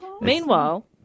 Meanwhile